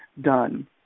done